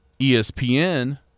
ESPN